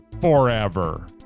forever